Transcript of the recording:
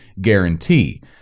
guarantee